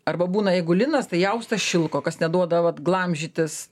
arba būna jeigu linas tai austas šilko kas neduoda vat glamžytis